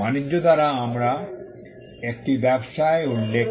বাণিজ্য দ্বারা আমরা একটি ব্যবসায় উল্লেখ